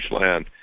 Land